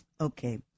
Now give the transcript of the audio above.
Okay